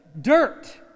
dirt